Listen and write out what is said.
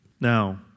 Now